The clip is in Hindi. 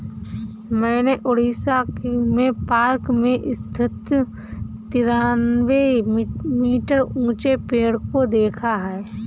मैंने उड़ीसा में पार्क में स्थित तिरानवे मीटर ऊंचे पेड़ को देखा है